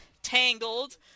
Tangled